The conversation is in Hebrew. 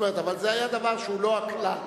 אבל זה היה דבר שהוא לא הכלל.